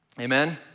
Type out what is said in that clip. amen